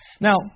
Now